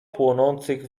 płonących